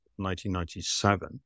1997